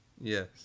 Yes